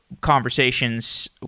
conversations